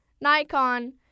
Nikon